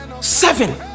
Seven